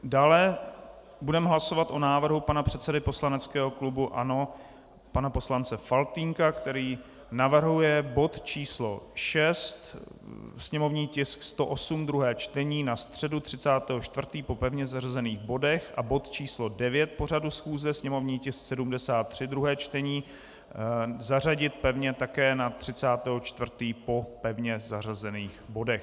Dále budeme hlasovat o návrhu předsedy poslaneckého klubu ANO pana poslance Faltýnka, který navrhuje bod číslo 6, sněmovní tisk 108, druhé čtení, zařadit na středu 30. 4. po pevně zařazených bodech, a bod číslo 9 pořadu schůze, sněmovní tisk 73, druhé čtení, zařadit pevně také na 30. 4. po pevně zařazených bodech.